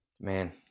Man